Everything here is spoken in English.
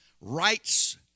rights